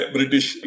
British